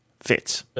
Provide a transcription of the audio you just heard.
Fits